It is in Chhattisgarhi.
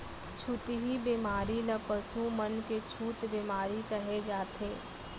छुतही बेमारी ल पसु मन के छूत बेमारी कहे जाथे